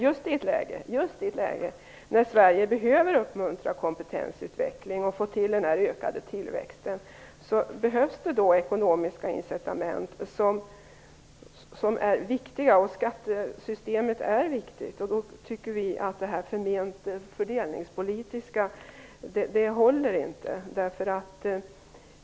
Just i ett läge när Sverige behöver uppmuntra kompetensutveckling och få till en ökad tillväxt behövs det ekonomiska incitament som är viktiga. Skattesystemet är ett viktigt sådant. Därför tycker vi att det förment fördelningspolitiska argumentet inte håller.